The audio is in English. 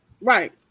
Right